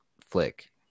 flick